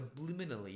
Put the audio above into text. subliminally